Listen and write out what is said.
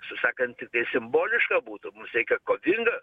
susakant tiktai simboliška būtų mums reikia kovinga